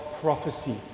prophecy